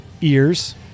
ears